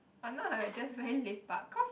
but now I just very lepak cause